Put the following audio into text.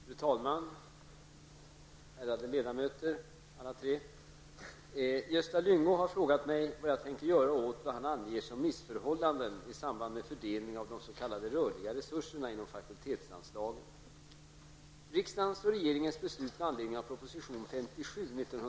Fru talman, ärade ledamöter! Gösta Lyngå har frågat mig vad jag tänker göra åt vad han anger som missförhållanden i samband med fördelning av de s.k. rörliga resurserna inom fakultetsanslagen.